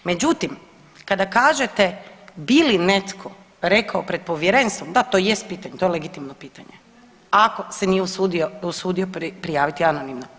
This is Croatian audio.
Međutim, kada kažete bi li netko rekao pred povjerenstvom, da to jest pitanje to je legitimno pitanje, ako se nije usudio prijaviti anonimno.